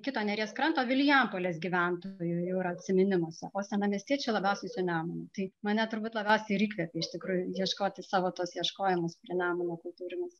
kito neries kranto vilijampolės gyventojų jau yra atsiminimuose o senamiestiečiai labiausiai su nemunu tai mane turbūt labiausiai ir įkvėpė iš tikrųjų ieškoti savo tuos ieškojimus prie nemuno kultūrinius